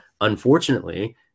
unfortunately